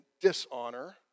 dishonor